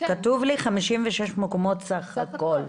כתוב לי 56 מקומות בסך הכל.